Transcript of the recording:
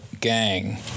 gang